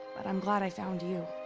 but i'm glad i found you.